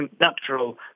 natural